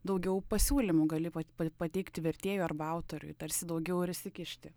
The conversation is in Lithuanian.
daugiau pasiūlymų gali pat pateikti vertėjui arba autoriui tarsi daugiau ir įsikišti